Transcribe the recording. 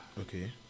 Okay